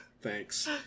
Thanks